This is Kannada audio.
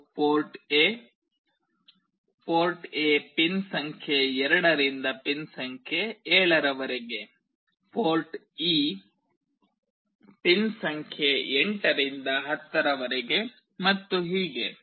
ಇದು port A port A pin ಸಂಖ್ಯೆ 2 ರಿಂದ ಪಿನ್ ಸಂಖ್ಯೆ 7 ರವರೆಗೆ ಪೋರ್ಟ್ ಇ ಪಿನ್ ಸಂಖ್ಯೆ 8 ರಿಂದ 10 ರವರೆಗೆ ಮತ್ತು ಹೀಗೆ